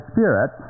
Spirit